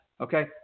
Okay